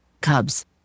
Cubs